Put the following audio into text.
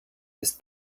ist